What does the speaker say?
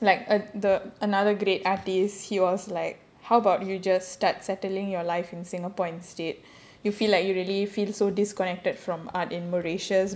like a the another great artist he was like how about you just start settling your life in singapore instead you feel like you really feel so disconnected from art in